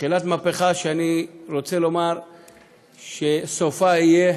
תחילת מהפכה שאני רוצה לומר שסופה יהיה